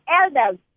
elders